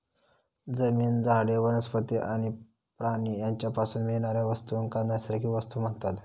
जमीन, झाडे, वनस्पती आणि प्राणी यांच्यापासून मिळणाऱ्या वस्तूंका नैसर्गिक वस्तू म्हणतत